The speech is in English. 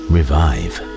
Revive